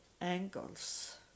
angles